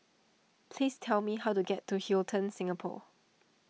please tell me how to get to Hilton Singapore